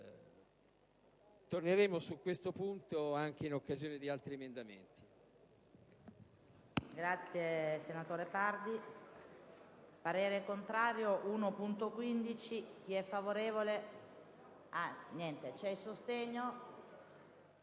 Torneremo su questo punto anche in occasione dell'esame di altri emendamenti.